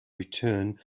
return